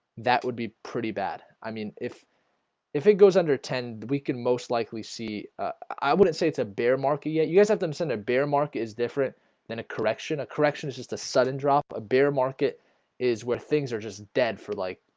that would be pretty bad i mean if if it goes under ten, we can most likely see i wouldn't say it's a bear market yet you guys have them send a bear mark is different than a correction a correction is just a sudden drop a bear market is where things are just dead for like?